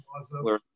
Awesome